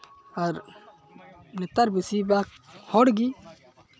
ᱟᱨ ᱱᱮᱛᱟᱨ ᱵᱮᱥᱤᱨ ᱵᱷᱟᱜᱽ ᱦᱚᱲᱜᱮ